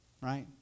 Right